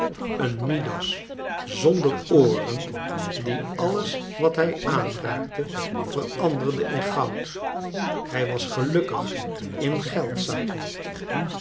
een midas zonder ooren die alles wat hij aanraakte veranderde in goud hij was gelukkig in